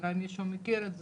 אולי מישהו מכיר את זה,